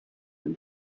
and